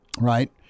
right